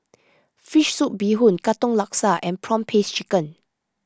Fish Soup Bee Hoon Katong Laksa and Prawn Paste Chicken